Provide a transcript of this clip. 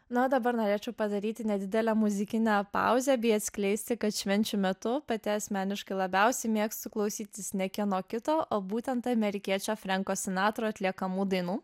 na o dabar norėčiau padaryti nedidelę muzikinę pauzę bei atskleisti kad švenčių metu pati asmeniškai labiausiai mėgstu klausytis ne kieno kito o būtent amerikiečio frenko sinatro atliekamų dainų